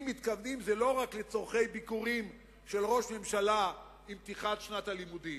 זה לא רק לצורכי ביקורים של ראש ממשלה עם פתיחת שנת הלימודים.